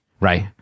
right